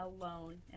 alone